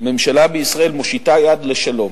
ממשלה בישראל מושיטה יד לשלום,